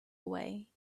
away